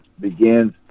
begins